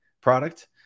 product